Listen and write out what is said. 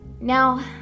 Now